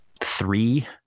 three